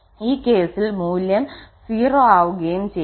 ഈ കേസിൽ മൂല്യം 0 ആവുകയും ചെയ്യും